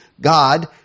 God